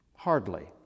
Hardly